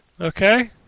Okay